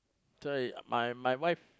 that's why my my wife